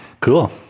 Cool